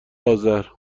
آذر